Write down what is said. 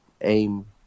aim